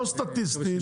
לא סטטיסטית.